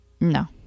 No